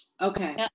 Okay